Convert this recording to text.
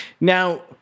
Now